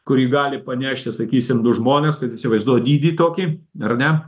kurį gali panešti sakysim du žmonės kad įsivaizduot dydį tokį ar ne